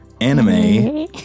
anime